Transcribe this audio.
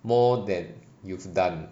more than you've done